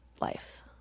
life